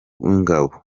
w’ingabo